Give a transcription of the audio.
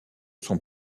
sont